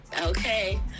Okay